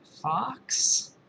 Fox